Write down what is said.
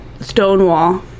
Stonewall